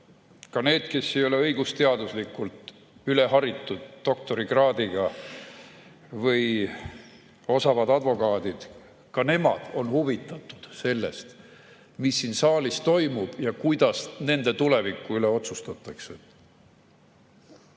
ka need, kes ei ole õigusteaduslikult üliharitud, doktorikraadiga või osavad advokaadid – ka nemad on huvitatud sellest, mis siin saalis toimub ja kuidas nende tuleviku üle otsustatakse.Me